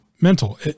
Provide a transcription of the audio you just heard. mental